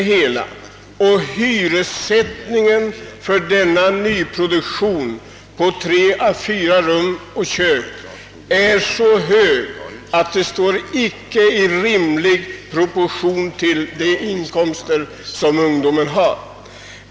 Hyressättningen för denna nyproduktion av lägenheter på tre å fyra rum och kök står inte i rimlig proportion till de ungas inkomster.